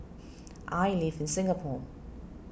I live in Singapore